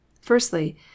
Firstly